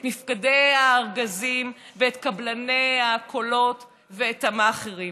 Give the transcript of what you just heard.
את מפקדי הארגזים ואת קבלני הקולות ואת המאכערים.